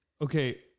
okay